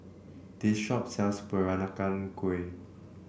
this shop sells Peranakan Kueh